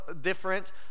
different